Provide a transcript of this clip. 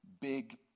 big